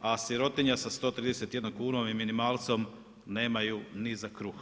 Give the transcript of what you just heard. a sirotinja sa 131 kunu i minimalcem nemaju ni za kruh.